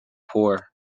poor